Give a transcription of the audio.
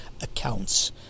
accounts